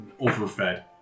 overfed